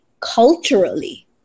culturally